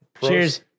cheers